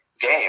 game